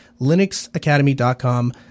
linuxacademy.com